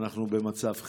אנחנו במצב חירום.